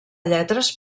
lletres